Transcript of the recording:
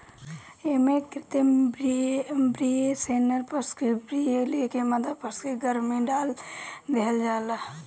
एमे कृत्रिम वीर्य से नर पशु के वीर्य लेके मादा पशु के गर्भ में डाल देहल जाला